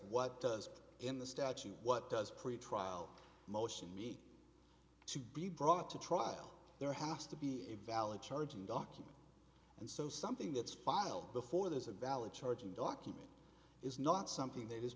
what does in the statute what does pretrial motion me to be brought to trial there has to be a valid charging document and so something that's filed before there's a valid charging document is not something that is